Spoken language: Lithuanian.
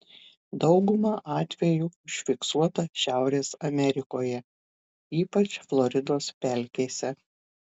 dauguma atvejų užfiksuota šiaurės amerikoje ypač floridos pelkėse